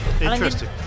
Interesting